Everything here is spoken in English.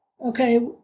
okay